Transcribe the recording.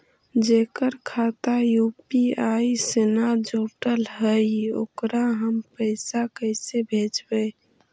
जेकर खाता यु.पी.आई से न जुटल हइ ओकरा हम पैसा कैसे भेजबइ?